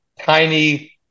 tiny